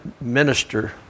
minister